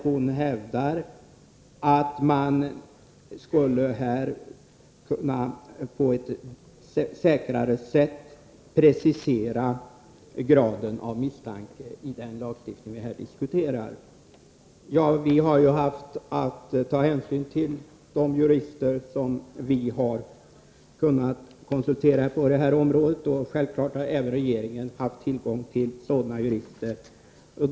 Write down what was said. Hon hävdar att man här på ett säkrare sätt skulle kunna precisera graden av misstanke i den lagstiftning som vi nu debatterar. Vi har haft att ta hänsyn till de jurister som vi har kunnat konsultera på detta område, och självfallet har även regeringen haft tillgång till sådana.